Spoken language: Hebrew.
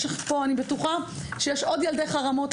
אני בטוחה שיש עוד ילדי חרמות,